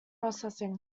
processing